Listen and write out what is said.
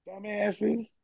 Dumbasses